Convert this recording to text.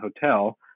Hotel